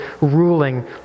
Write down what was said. ruling